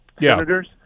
Senators